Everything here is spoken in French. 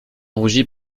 rougit